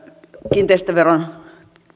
kiinteistöveron